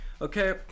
Okay